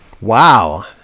Wow